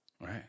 Right